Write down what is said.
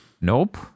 Nope